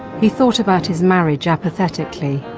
he thought about his marriage apathetically,